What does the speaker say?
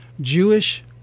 Jewish